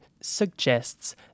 suggests